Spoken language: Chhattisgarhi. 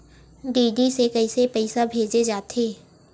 डी.डी से कइसे पईसा भेजे जाथे?